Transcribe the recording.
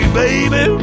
baby